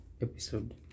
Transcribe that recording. episode